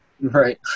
right